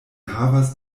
havas